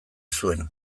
zuen